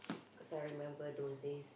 because I remember those days